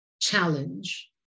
challenge